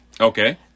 Okay